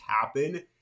happen